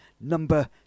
Number